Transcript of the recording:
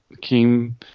came